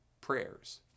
prayers